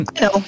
No